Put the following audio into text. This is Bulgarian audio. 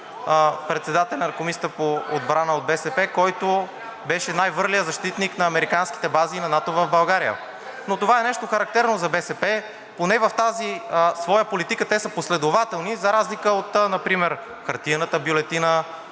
председателят на Комисията по отбрана от БСП, който беше най върлият защитник на американските бази на НАТО в България, но това е нещо характерно за БСП, поне в тази своя политика те са последователни, за разлика например хартиената бюлетина,